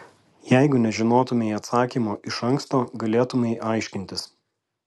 jeigu nežinotumei atsakymo iš anksto galėtumei aiškintis